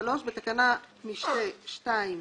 (3)בתקנת משנה (2),